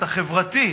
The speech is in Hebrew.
את החברתי,